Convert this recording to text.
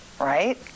right